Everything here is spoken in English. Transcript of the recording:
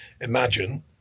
imagine